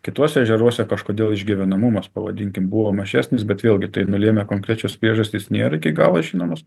kituose ežeruose kažkodėl išgyvenamumas pavadinkim buvo mažesnis bet vėlgi tai nulėmė konkrečios priežastys nėra iki galo žinomos